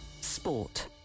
Sport